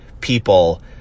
people